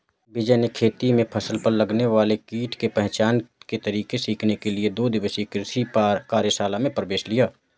विजय ने खेती में फसल पर लगने वाले कीट के पहचान के तरीके सीखने के लिए दो दिवसीय कृषि कार्यशाला में प्रवेश लिया